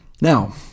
now